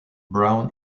brown